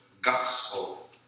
gospel